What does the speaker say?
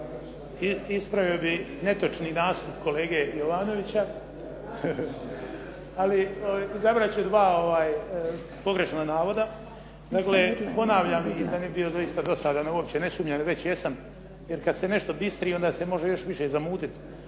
Ispravio bih netočni nastup kolege Jovanovića, ali izabrati ću dva pogrešna navoda. Dakle, ponavljam i da ne bi bio doista dosadan, a uopće ne sumnjam jer već jesam jer kad se nešto bistri, onda se može još više zamutit.